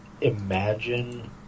imagine